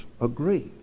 agree